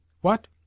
What